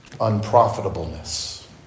unprofitableness